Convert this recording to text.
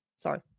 Sorry